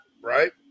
right